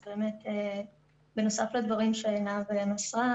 אז באמת בנוסף לדברים שעינב מסרה,